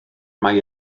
mai